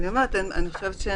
אפשר לקבל